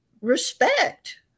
respect